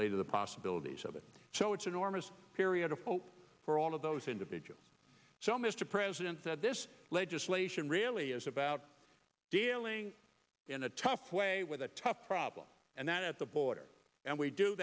later the possibilities of it so it's enormous period of hope for all of those individuals so mr president that this legislation really is about dealing in a tough way with a tough problem and that at the border and we do